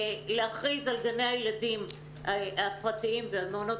להכריז על גני הילדים הפרטיים ועל מעונות